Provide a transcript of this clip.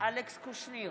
אלכס קושניר,